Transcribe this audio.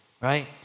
right